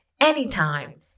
anytime